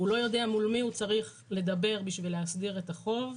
הוא לא יודע מול מי הוא צריך לדבר בשביל להסדיר את החוב.